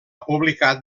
publicat